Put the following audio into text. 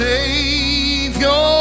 Savior